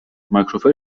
مایکروفر